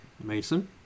Mason